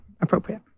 appropriate